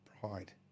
pride